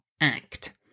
act